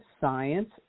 science